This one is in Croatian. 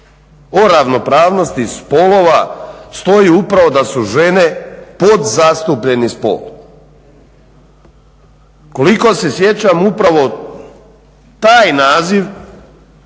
o ravnopravnosti spolova stoji upravo da su žene podzastupljeni spol? Koliko se sjećam upravo taj naziv